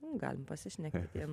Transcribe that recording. galim pasišnekėti